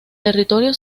territorio